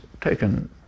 taken